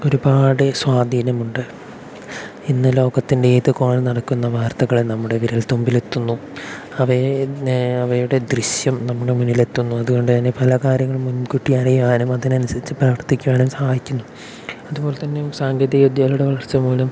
ഒരുപാട് സ്വാധീനമുണ്ട് ഇന്ന് ലോകത്തിൻ്റെ ഏതു കോണിൽ നടക്കുന്ന വാർത്തകളെ നമ്മുടെ വിരൽ തുമ്പിൽ എത്തുന്നു അവയെ അവയുടെ ദൃശ്യം നമ്മുടെ മുന്നിൽ എത്തുന്നു അതുകൊണ്ട് തന്നെ പല കാര്യങ്ങളും മുൻകൂട്ടി അറിയാനും അതിനനുസരിച്ച് പ്രവർത്തിക്കാനും സഹായിക്കുന്നു അതുപോലെ തന്നെ സാങ്കേതിക വിദ്യകളുടെ വളർച്ച മൂലം